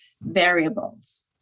variables